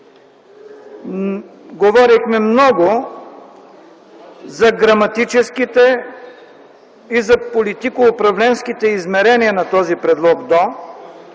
Говорихме много за граматическите и за политико-управленските измерения на този предлог „до”,